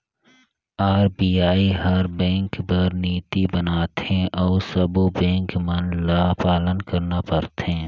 RBI हर bank बर नीति बनाथे अउ सब्बों बेंक मन ल पालन करना परथे